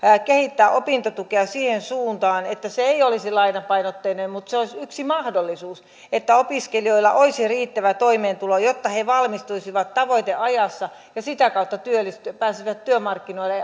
kehittää opintotukea siihen suuntaan että se ei olisi lainapainotteinen mutta se olisi yksi mahdollisuus että opiskelijoilla olisi riittävä toimeentulo jotta he valmistuisivat tavoiteajassa ja sitä kautta pääsisivät työmarkkinoille